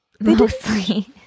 mostly